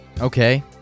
Okay